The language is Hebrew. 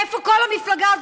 איפה כל המפלגה הזאת,